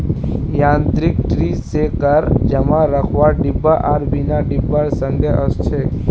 यांत्रिक tree shaker जमा रखवार डिब्बा आर बिना डिब्बार संगे ओसछेक